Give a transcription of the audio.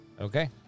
Okay